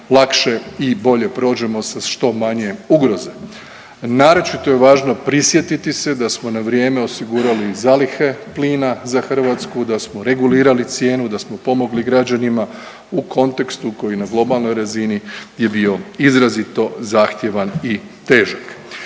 i bolje prođemo sa što manje ugroze. Naročito je važno prisjetiti se da smo na vrijeme osigurali zalihe plina za Hrvatsku, da smo regulirali cijenu, da smo pomogli građanima u kontekstu koji na globalnoj razini je bio izrazito zahtjevan i težak.